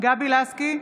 גבי לסקי,